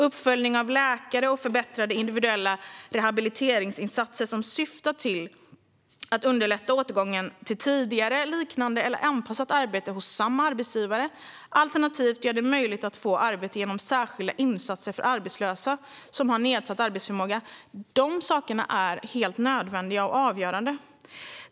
Uppföljning av läkare och förbättrade individuella rehabiliteringsinsatser som syftar till att underlätta återgången till tidigare, liknande eller anpassat arbete hos samma arbetsgivare - alternativt sådant som gör det möjligt att få arbete genom särskilda insatser för arbetslösa som har nedsatt arbetsförmåga - är helt nödvändiga och avgörande.